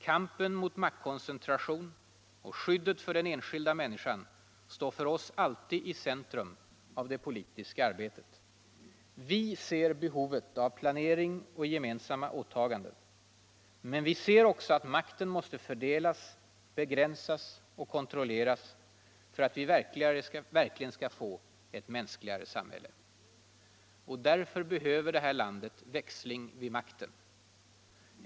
Kampen mot maktkoncentration och skyddet för den enskilda människan står för oss alltid i centrum av det politiska arbetet. Vi ser behovet av planering och gemensamma åtaganden. Men vi ser också att makten måste fördelas, begränsas och kontrolleras för att vi verkligen skall få ett mänskligare samhälle. Därför behöver det här landet växling vid makten.